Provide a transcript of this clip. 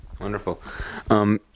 Wonderful